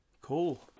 Cool